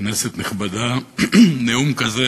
כנסת נכבדה, נאום כזה